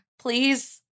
please